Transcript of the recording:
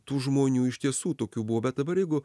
tų žmonių iš tiesų tokių buvo bet dabar jeigu